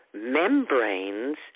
membranes